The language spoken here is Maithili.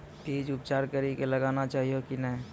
बीज उपचार कड़ी कऽ लगाना चाहिए कि नैय?